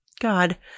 God